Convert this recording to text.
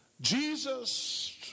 Jesus